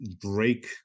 break